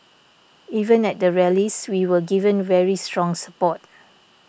even at the rallies we were given very strong support